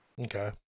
Okay